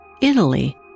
Italy